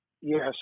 Yes